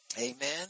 Amen